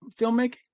filmmaking